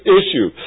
issue